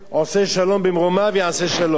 עושה שלום במרומיו יעשה שלום.